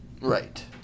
Right